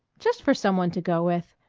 just for some one to go with.